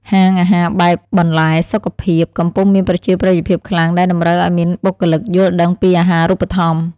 ហាងអាហារបែបបន្លែសុខភាពកំពុងមានប្រជាប្រិយភាពខ្លាំងដែលតម្រូវឱ្យមានបុគ្គលិកយល់ដឹងពីអាហារូបត្ថម្ភ។